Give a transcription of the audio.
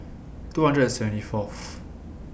two hundred and seventy forth